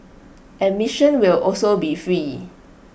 admission will also be free